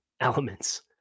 elements